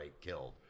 killed